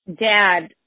dad